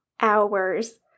hours